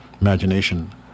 imagination